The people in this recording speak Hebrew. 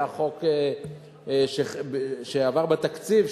היה חוק שעבר בתקציב,